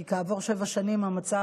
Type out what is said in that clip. כי כעבור שבע שנים המצב,